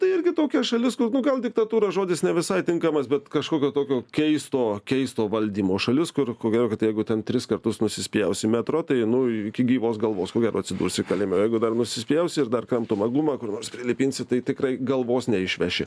tai irgi tokia šalis kur nu gal diktatūra žodis ne visai tinkamas bet kažkokio tokio keisto keisto valdymo šalis kur ko gero kad jeigu ten tris kartus nusispjausi metro tai nu iki gyvos galvos ko gero atsidursi kalėjime o jeigu dar nusispjausi ir dar kramtomą gumą kur nors prilipinsi tai tikrai galvos neišveši